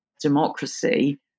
democracy